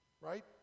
right